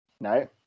No